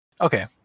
Okay